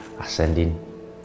ascending